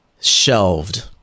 shelved